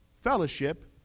Fellowship